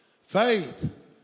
faith